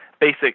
basic